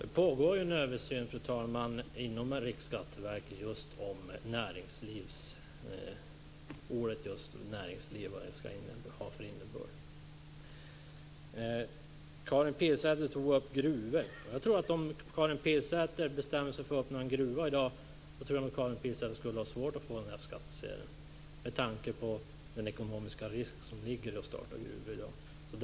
Fru talman! Det pågår en översyn inom Riksskatteverket av vad just ordet näringsliv skall ha för innebörd. Karin Pilsäter tog upp gruvor. Om Karin Pilsäter bestämmer sig för att öppna en gruva i dag tror jag nog att hon skulle ha svårt att få en F-skattsedel, med tanke på den ekonomiska risk som ligger i att starta gruvor i dag.